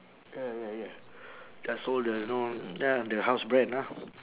ya ya ya that's all the know ya the house brand ah